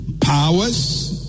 powers